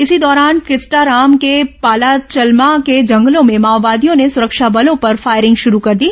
इसी दौरान किस्टाराम के पालाचलमा के जंगलों में माओवादियों ने सुरक्षा बलों पर फायरिंग शुरू कर दी